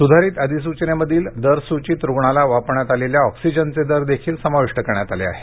सुधारित अधिसुचनेमधील दरसूचित रुग्णाला वापरण्यात आलेल्या ऑक्सिजनचे दर देखील समाविष्ट करण्यात आले आहे